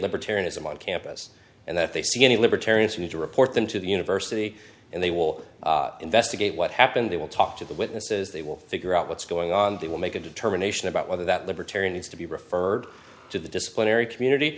libertarianism on campus and that they see any libertarians who to report them to the university and they will investigate what happened they will talk to the witnesses they will figure out what's going on they will make a determination about whether that libertarian needs to be referred to the disciplinary community